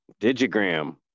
Digigram